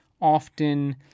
often